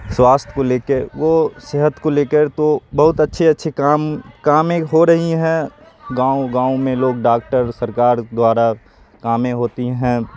سواستھ کو لے کے وہ صحت کو لے کر تو بہت اچھے اچھے کام کام ہو رہی ہیں گاؤں گاؤں میں لوگ ڈاکٹر سرکار دوارا کام ہوتی ہیں